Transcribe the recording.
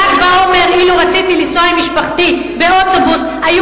אילו רציתי לנסוע עם משפחתי באוטובוס בל"ג